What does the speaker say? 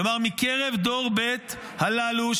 כלומר מקרב דור ב' הללו,